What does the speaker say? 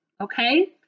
Okay